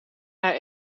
haar